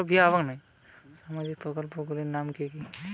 মহিলাদের জন্য সামাজিক প্রকল্প গুলির নাম কি কি?